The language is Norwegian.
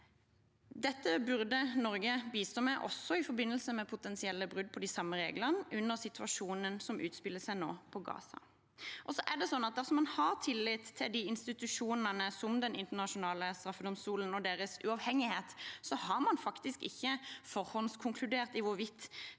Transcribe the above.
Dette burde Norge bistå med også i forbindelse med potensielle brudd på de samme reglene under situasjonen som nå utspiller seg i Gaza. Dersom man har tillit til institusjoner som Den internasjonale straffedomstolen og deres uavhengighet, har man faktisk ikke forhåndskonkludert om hvorvidt